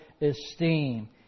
esteem